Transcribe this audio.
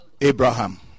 Abraham